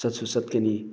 ꯆꯠꯁꯨ ꯆꯠꯀꯅꯤ